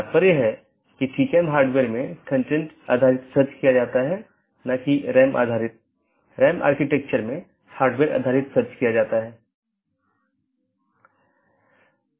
उदाहरण के लिए एक BGP डिवाइस को इस प्रकार कॉन्फ़िगर किया जा सकता है कि एक मल्टी होम एक पारगमन अधिकार के रूप में कार्य करने से इनकार कर सके